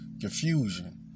confusion